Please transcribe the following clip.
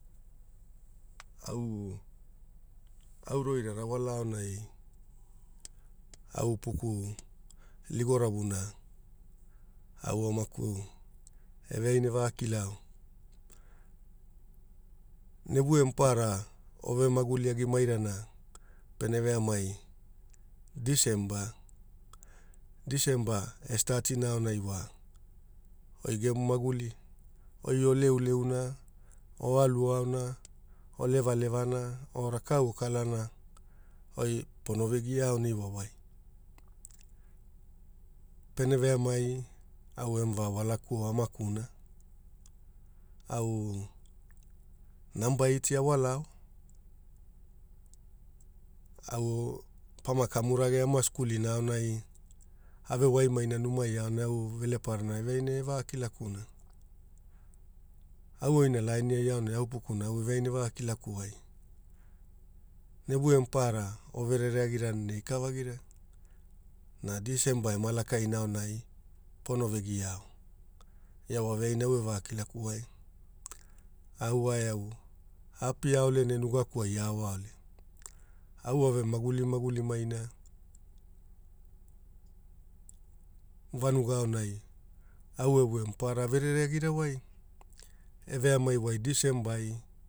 Au roira ana ala aonai au Upuku Ligo Ravuna au Amaku eveaina evakilao ne uve maparara ove maguli mai agirana pene veamai Disemba, disemba e stati aonai wa oi gemu maguli, oi oleuleuna, o aluaaona, o levulevuna pe rakau okalana, oi pono vegiao neiwai pene veamai au enai emavawalakuo amakuna au namba eeit awalao, au pama kamu rage ana skulina aonai ave waimaina aumai aonai au velparana eveaina evaikilakuna au oina lainia aonai au upukuna eveaina evakulukua wai ne uve maparara o verere agirana ikavagira na Disemba ema lakaina aonai pono vegiao, ia waveaina au evalilaku wai au wae au aapia ole ne nugakuai aoa ole. Au ave maguli magili maina evanuga aonai au e uve maparara averere agira wai eveamai wai Disemba ai